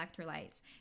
electrolytes